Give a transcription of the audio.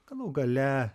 galų gale